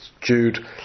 Jude